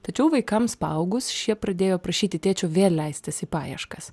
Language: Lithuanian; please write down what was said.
tačiau vaikams paaugus šie pradėjo prašyti tėčio vėl leistis į paieškas